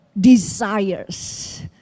desires